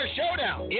showdown